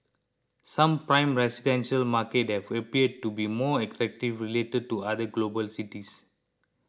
some prime residential market have appeared to be more attractive related to other global cities